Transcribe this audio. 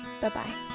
Bye-bye